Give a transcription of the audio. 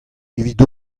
evit